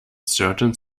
certain